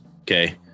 okay